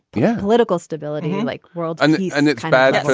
yeah, political stability like world and yeah and it's bad.